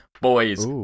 Boys